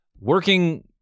working